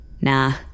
Nah